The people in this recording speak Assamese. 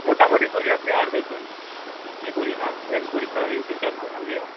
মোটামুটি চলি আছে আৰু দেচোন কি কৰিম আৰু এক পৰীক্ষাও আহিল তিনিটাত ভাল নালাগে আৰু